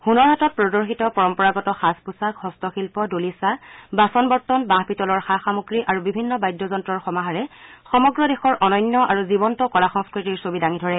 হুনৰ হাটত প্ৰদৰ্শিত পৰম্পৰাগত সাজ পোছাক হস্তশিল্প দলিচা বাচন বৰ্তন বাঁহ পিতলৰ সা সামগ্ৰী আৰু বিভিন্ন বাদ্য যন্ত্ৰৰ সমাহাৰে সমগ্ৰ দেশৰ অনন্য আৰু জীৱন্ত কলা সংস্কৃতিৰ ছবি দাঙি ধৰে